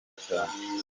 cyane